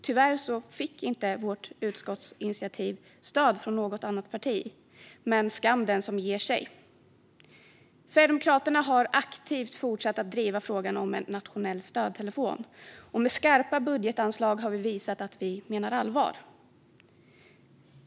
Tyvärr fick inte vårt utskottsinitiativ stöd från något annat parti, men skam den som ger sig. Sverigedemokraterna har aktivt fortsatt att driva frågan om en nationell stödtelefon, och med skarpa budgetanslag har vi visat att vi menar allvar.